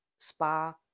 spa